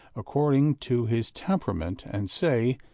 according to his temperament, and say,